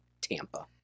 Tampa